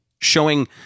showing